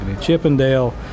Chippendale